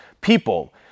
people